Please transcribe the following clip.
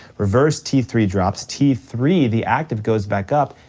reverse t three drops, t three the active goes back up,